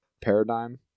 paradigm